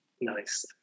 Nice